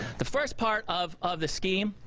the first part of of the scheme,